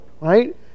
right